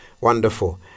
Wonderful